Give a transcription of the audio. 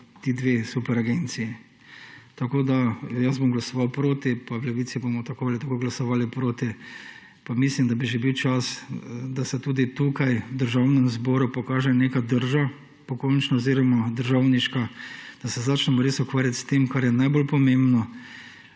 ti dve superagenciji. Jaz bom glasoval proti, pa v Levici bomo tako ali tako glasovali proti. Mislim, da bi že bil čas, da se tudi tukaj v Državnem zboru pokaže pokončna oziroma državniška drža, da se začnemo res ukvarjati s tem, kar je najbolj pomembno.